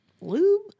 lube